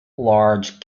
large